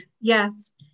Yes